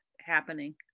happening